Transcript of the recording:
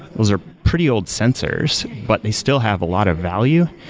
those are pretty old sensors, but they still have a lot of value.